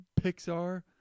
Pixar